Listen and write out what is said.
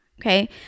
okay